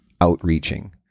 outreaching